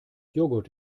joghurt